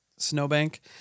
snowbank